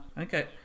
Okay